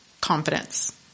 confidence